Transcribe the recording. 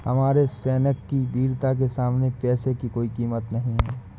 हमारे सैनिक की वीरता के सामने पैसे की कोई कीमत नही है